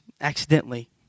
accidentally